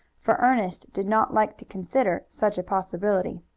for ernest did not like to consider such a possibility.